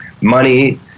money